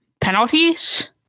penalties